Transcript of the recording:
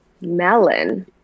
Melon